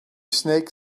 snake